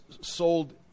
sold